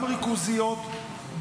גם ריכוזיות,